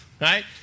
right